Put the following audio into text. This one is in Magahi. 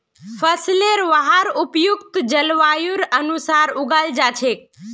फसलेर वहार उपयुक्त जलवायुर अनुसार उगाल जा छेक